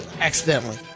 accidentally